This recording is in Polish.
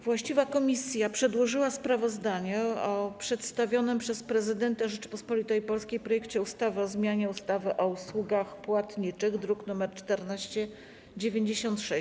Właściwa komisja przedłożyła sprawozdanie o przedstawionym przez Prezydenta Rzeczypospolitej Polskiej projekcie ustawy o zmianie ustawy o usługach płatniczych, druk nr 1496.